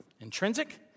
Intrinsic